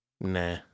nah